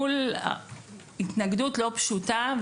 מול התנגדות לא פשוטה,